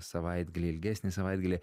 savaitgalį ilgesnį savaitgalį